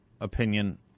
opinion